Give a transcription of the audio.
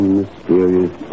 mysterious